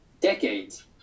decades